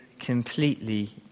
completely